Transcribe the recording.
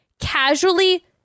casually